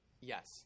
Yes